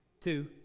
Two